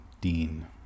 Dean